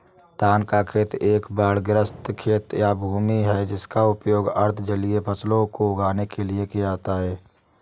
धान का खेत एक बाढ़ग्रस्त खेत या भूमि है जिसका उपयोग अर्ध जलीय फसलों को उगाने के लिए किया जाता है